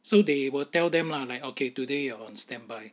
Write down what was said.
so they will tell them lah like okay today you're on standby